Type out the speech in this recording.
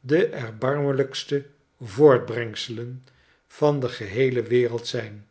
de erbarmelijkste voortbrengselen van de geheele wereld zijn